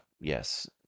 yes